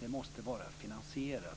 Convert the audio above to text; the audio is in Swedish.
det måste vara finansierat.